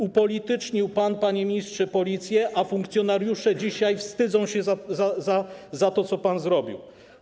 Upolitycznił pan, panie ministrze Policję, a funkcjonariusze dzisiaj wstydzą się za to, co pan zrobił.